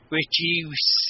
reduce